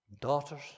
daughters